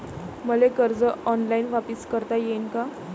मले कर्ज ऑनलाईन वापिस करता येईन का?